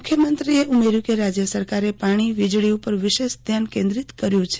મુખ્યમંત્રીએ ઉમેર્યું કે રાજ્ય સરકારે પાણી વીજળી ઉપર વિશેષ ધ્યાન કેન્દ્રીત કર્યુ છે